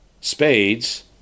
spades